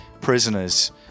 prisoners